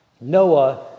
Noah